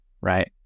right